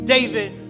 David